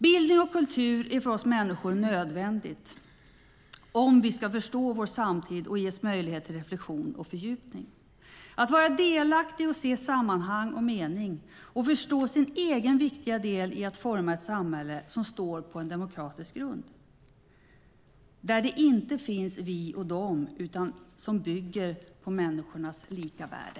Bildning och kultur är nödvändiga för oss människor om vi ska förstå vår samtid och ges möjlighet till reflexion och fördjupning och vara delaktiga och se sammanhang och mening och förstå vår egen viktiga del i att forma ett samhälle som står på en demokratisk grund, ett samhälle där det inte finns vi och dem utan som bygger på människors lika värde.